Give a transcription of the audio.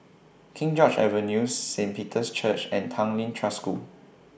King George's Avenue Saint Peter's Church and Tanglin Trust School